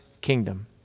kingdom